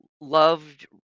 loved